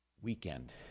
weekend